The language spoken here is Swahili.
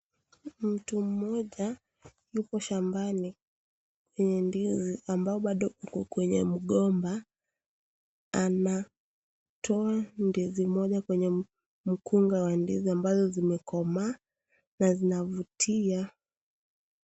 Mtu mmoja yuko shambani kwenye ndizi ambayo bado iko kwenye mgomba, anatoa ndizi moja kwenye mkunga wa ndizi ambazo zimekomaa na zinavutia.